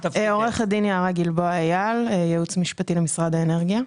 אני עורכת דין יערה גלבוע אייל מהייעוץ המשפטי למשרד האנרגיה.